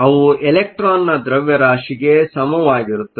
ಅವು ಎಲೆಕ್ಟ್ರಾನ್ ನ ದ್ರವ್ಯರಾಶಿಗೆ ಸಮವಾಗಿರುತ್ತದೆ